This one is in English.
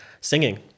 Singing